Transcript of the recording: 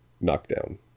knockdown